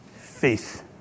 Faith